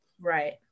right